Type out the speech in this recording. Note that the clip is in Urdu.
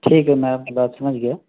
ٹھیک ہے میں آپ کی بات سمجھ گیا